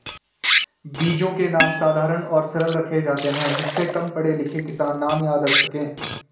बीजों के नाम साधारण और सरल रखे जाते हैं जिससे कम पढ़े लिखे किसान नाम याद रख सके